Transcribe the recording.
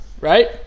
right